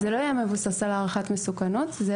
זה לא יהיה מבוסס על הערכת מסוכנות אלא